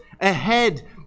ahead